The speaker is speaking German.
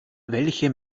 welche